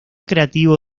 creativo